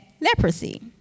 leprosy